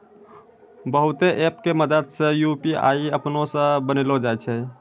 बहुते ऐप के मदद से यू.पी.आई अपनै से बनैलो जाय छै